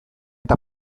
eta